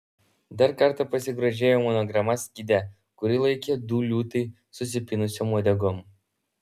dar kartą pasigrožėjo monograma skyde kurį laikė du liūtai susipynusiom uodegom